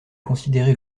considérez